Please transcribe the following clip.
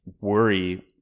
worry